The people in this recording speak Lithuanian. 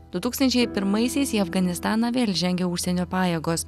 du tūkstančiai pirmaisiais į afganistaną vėl žengia užsienio pajėgos